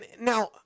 Now